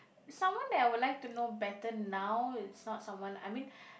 someone that I would like to know better now is not someone I mean